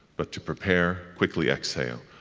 but to prepare, quickly exhale.